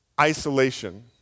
isolation